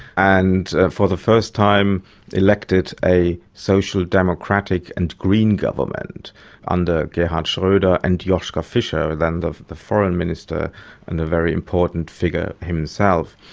and for the first time they elected a social democratic and green government under gerhard schroeder and joschka fischer, then the the foreign minister and a very important figure himself.